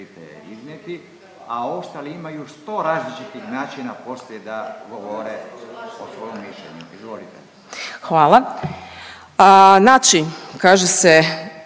Hvala.